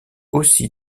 aussi